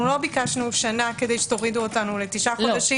לא ביקשנו שנה כדי שתורידו אותנו לתשעה חודשים.